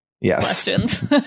Yes